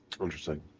Interesting